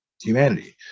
humanity